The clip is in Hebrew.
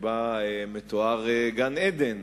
שבה מתואר גן-עדן.